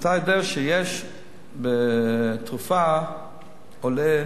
אתה יודע שיש תרופה שבקופות-החולים עולה